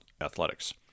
athletics